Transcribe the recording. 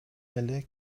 эле